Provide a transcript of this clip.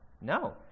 No